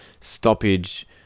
stoppage